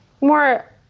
more